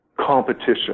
competition